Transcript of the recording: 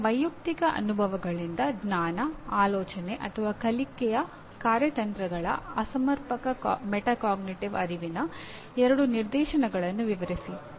ನಿಮ್ಮ ವೈಯಕ್ತಿಕ ಅನುಭವಗಳಿಂದ ಜ್ಞಾನ ಆಲೋಚನೆ ಅಥವಾ ಕಲಿಕೆಯ ಕಾರ್ಯತಂತ್ರಗಳ ಅಸಮರ್ಪಕ ಮೆಟಾಕಾಗ್ನಿಟಿವ್ ಅರಿವಿನ ಎರಡು ನಿದರ್ಶನಗಳನ್ನು ವಿವರಿಸಿ